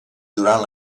durant